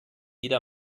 jeder